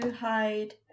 hide